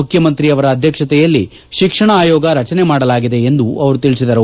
ಮುಖ್ಯಮಂತ್ರಿಯವರ ಅಧ್ಯಕ್ಷತೆಯಲ್ಲಿ ಶಿಕ್ಷಣ ಆಯೋಗ ರಚನೆ ಮಾಡಲಾಗಿದೆ ಎಂದು ಅವರು ತಿಳಿಸಿದರು